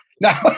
Now